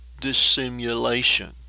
dissimulation